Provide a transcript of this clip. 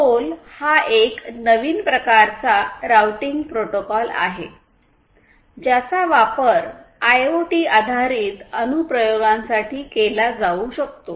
role हा एक नवीन प्रकारचा रावटिंग प्रोटोकॉल आहे ज्याचा वापर आयओटी आधारित अनुप्रयोगांसाठी केला जाऊ शकतो